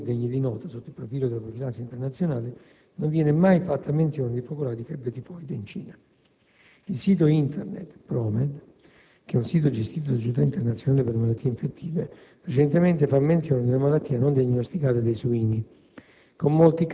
o su altri eventi degni di nota sotto il profilo della profilassi internazionale, non viene mai fatta menzione di focolai di febbre tifoide in Cina. Il sito Internet Promed, che è un sito gestito dalla Società internazionale per le malattie infettive, recentemente fa menzione di una «malattia non diagnosticata dei suini»,